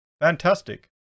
fantastic